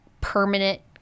permanent